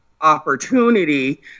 opportunity